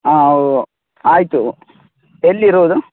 ಹಾಂ ಓ ಆಯಿತು ಎಲ್ಲಿರೋದು